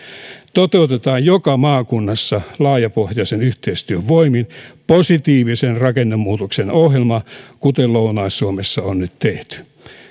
toteutetaan joka maakunnassa laajapohjaisen yhteistyön voimin positiivisen rakennemuutoksen ohjelma kuten lounais suomessa on nyt tehty